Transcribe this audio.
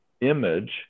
image